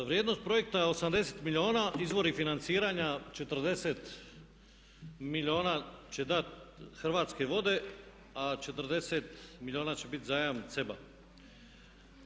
Vrijednost projekta je 80 milijuna, izvori financiranja 40 milijuna će dat Hrvatske vode, a 40 milijuna će bit zajam CEB-a.